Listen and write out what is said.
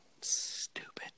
Stupid